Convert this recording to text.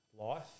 life